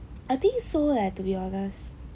I think so leh to be honest